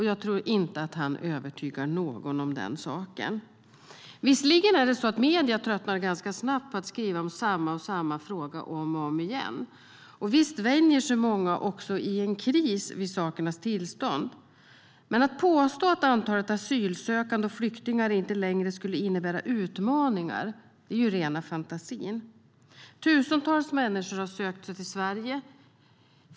Jag tror inte att han övertygar någon om den saken. Visserligen tröttnar medierna ganska snabbt på att skriva om samma fråga om och om igen, och visst vänjer sig många i en kris vid sakernas tillstånd, men att antalet asylsökande och flyktingar inte längre skulle innebära utmaningar är rena fantasin. Tusentals människor har sökt sig till Sverige.